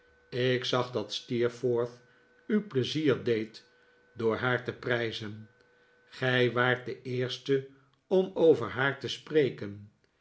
ik zag dat steerforth u pleizier deed door haar te prijzen gij waart de eerste om over haar te spreken